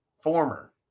former